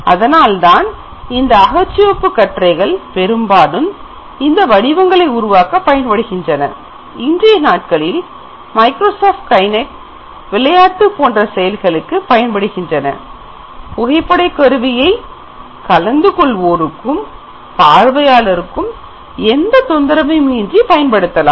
அதனால்தான் இந்த அகச்சிவப்பு கற்றைகள் பெரும்பாலும் இந்த வடிவங்களை உருவாக்க பயன்படுகின்றன இன்றைய நாட்களில் மைக்ரோசாஃப்ட் கைநெட் விளையாட்டு போன்ற செயல்களுக்கு பயன்படுகின்றன புகைப்பட கருவியை கலந்து கொள்வோருக்கு பார்வையாளருக்கு எந்த தொந்தரவின்றி பயன்படுத்தலாம்